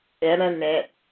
Internet